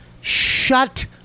shut